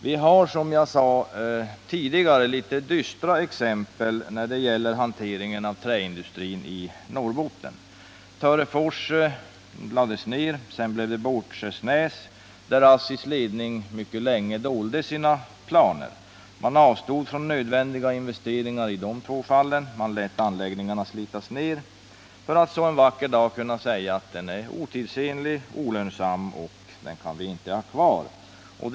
Vi har, som jag tidigare sade, en del dystra exempel på hanteringen av träindustrin i Norrbotten. Törefors lades ned och sedan också Båtskärsnäs, där ASSI:s ledning mycket länge dolde sina planer. Man avstod från nödvändiga investeringar i dessa två fall och lät anläggningarna slitas ned för att en vacker dag kunna säga, att de var otidsenliga och olönsamma och att man inte kunde ha dem kvar.